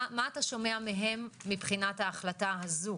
מה אתה שומע מהם מבחינת ההחלטה הזו?